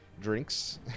drinks